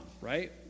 right